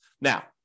Now